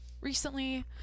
recently